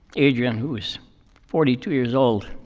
adrian, who is forty two years old.